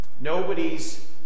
Nobody's